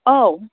औ